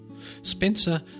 Spencer